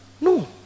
No